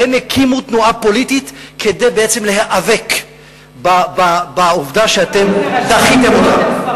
הם הקימו תנועה פוליטית בעצם כדי להיאבק בעובדה שאתם דחיתם אותם.